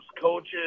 coaches